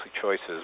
choices